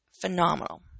Phenomenal